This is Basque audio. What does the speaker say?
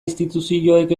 instituzioek